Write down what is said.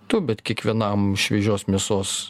tu bet kiekvienam šviežios mėsos